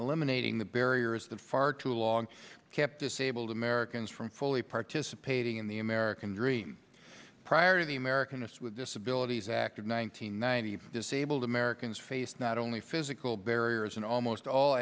eliminating the barriers that far too long kept disabled americans from fully participating in the american dream prior to the american us with disabilities act of one thousand nine hundred disabled americans face not only physical barriers in almost all